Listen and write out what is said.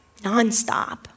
nonstop